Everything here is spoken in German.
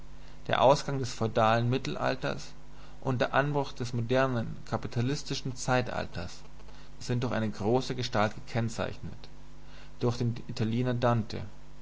der ausgang des feudalen mittelalters und der anbruch des modernen kapitalistische zeitalters sind durch eine große gestalt gekennzeichnet durch den italiener dante